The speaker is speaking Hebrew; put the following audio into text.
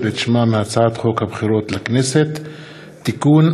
את שמה מהצעת חוק הבחירות לכנסת (תיקון,